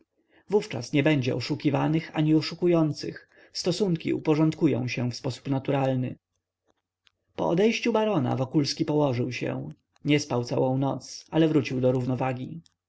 wówczas nie będzie oszukiwanych ani oszukujących stosunki uporządkują się w sposób naturalny po odejściu barona wokulski położył się nie spał całą noc ale wrócił do równowagi